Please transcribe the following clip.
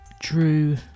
drew